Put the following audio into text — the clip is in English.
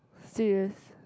serious